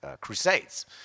Crusades